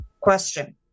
Question